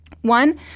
One